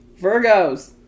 Virgos